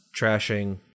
trashing